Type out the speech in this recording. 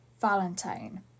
Valentine